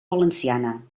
valenciana